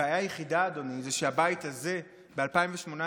הבעיה היחידה היא שהבית הזה ב-2018,